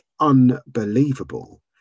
unbelievable